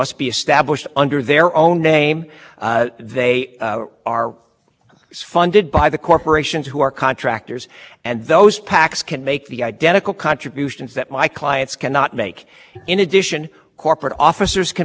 funded by the corporations who are contractors and those pacs can make the identical contributions that my clients cannot make in addition corporate officers can make contributions corporate shareholders mr armstrong you should that could be that could be a problem under